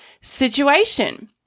situation